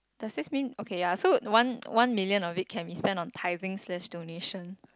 does this mean okay ya so one one million of it can be used on tithing slash donation